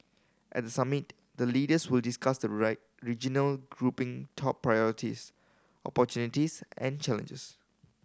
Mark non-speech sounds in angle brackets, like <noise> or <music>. at the summit the leaders will discuss the <unintelligible> regional grouping top priorities opportunities and challenges